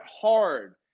hard